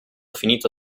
finito